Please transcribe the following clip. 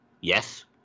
Yes